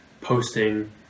posting